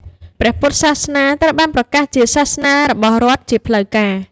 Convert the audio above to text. ព្រះពុទ្ធសាសនាត្រូវបានប្រកាសជាសាសនារបស់រដ្ឋជាផ្លូវការ។